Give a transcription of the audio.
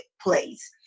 place